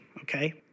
okay